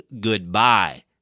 goodbye